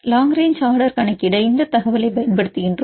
long range order ஐ கணக்கிட இந்த தகவலைப் பயன்படுத்துகிறோம்